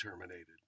terminated